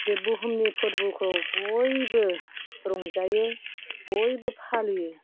बे बुहुमनि फोरबोखौ बयबो रंजायो बयबो फालियो